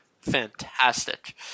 fantastic